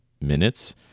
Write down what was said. minutes